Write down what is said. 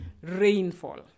Rainfall